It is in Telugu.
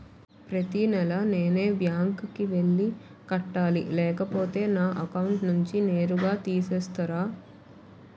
ప్రతి నెల నేనే బ్యాంక్ కి వెళ్లి కట్టాలి లేకపోతే నా అకౌంట్ నుంచి నేరుగా తీసేస్తర?